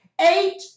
eight